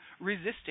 resisting